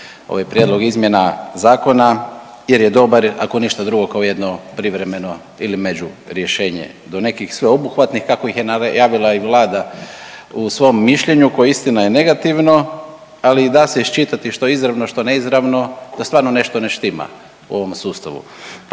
ovaj prijedlog izmjena zakona jer je dobar ako ništa drugo kao jedno privremeno ili među rješenje do nekih sveobuhvatnih kako ih je najavila i Vlada u svom mišljenju koje istina je negativno, ali da se iščitati što je izravno, što neizravno da stvarno nešto ne štima u ovom sustavu.